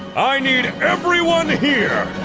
i need everyone here!